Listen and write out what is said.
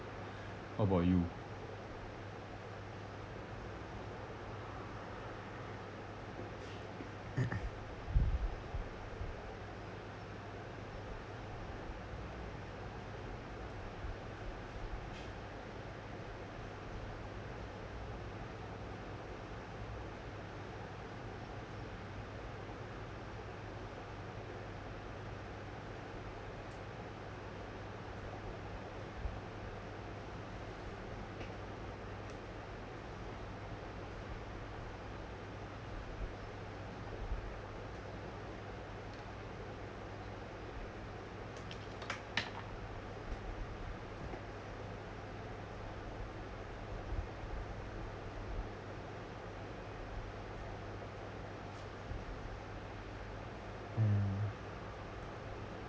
how bout you mm